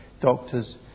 doctors